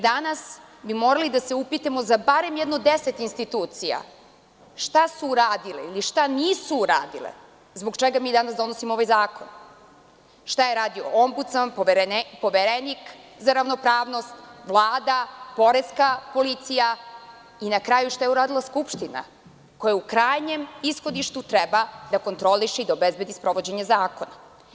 Danas bi morali da se upitamo za barem jedno 10 institucija šta su radile ili šta nisu radile, a zbog čega mi danas donosimo ovaj zakon, šta je radio Ombudsman, Poverenik za ravnopravnost, Vlada, Poreska policija i, na kraju, šta je uradila Skupština, koja u krajnjem ishodištu treba da kontroliše i da obezbedi sprovođenje zakona.